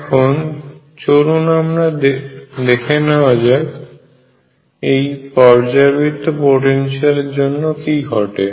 এখন চলুন আমরা দেখে নেওয়া যাক এই পর্যায় বৃত্ত পোটেনশিয়াল এর জন্য কি ঘটে